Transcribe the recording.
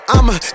I'ma